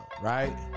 right